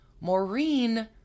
Maureen